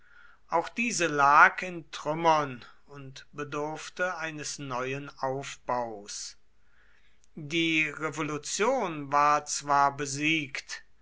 auch diese lag in trümmern und bedurfte eines neuen aufbaus die revolution war zwar besiegt